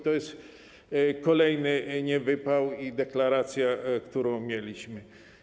To jest kolejny niewypał i deklaracja, którą słyszeliśmy.